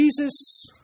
Jesus